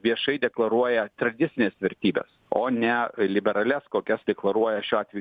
viešai deklaruoja tradicines vertybes ne liberalias kokias deklaruoja šiuo atveju